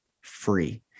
free